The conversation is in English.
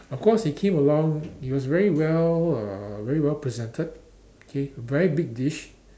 of course it came along it was very well uh very well presented K a very big dish